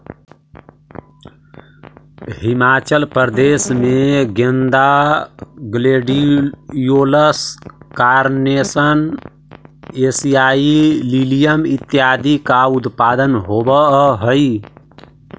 हिमाचल प्रदेश में गेंदा, gladiolus, carnation, एशियाई लिलियम इत्यादि का उत्पादन होवअ हई